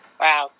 Wow